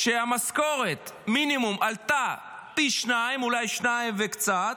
שמשכורת המינימום עלתה פי שניים, אולי שניים וקצת,